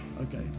Okay